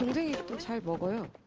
the table a